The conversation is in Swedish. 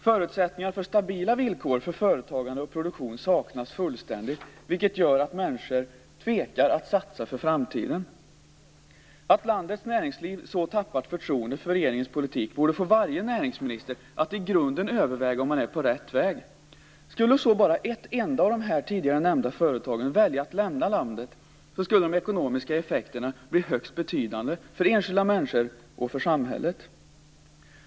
Förutsättningar för stabila villkor för företagande och produktion saknas fullständigt, vilket gör att människor tvekar att satsa för framtiden. Att landets näringsliv så tappat förtroendet för regeringens politik borde få varje näringsminister att i grunden överväga om man är på rätt väg. Skulle bara ett enda av de tidigare nämnda företagen välja att lämna landet skulle de ekonomiska effekterna bli högst betydande för enskilda människor och för samhället.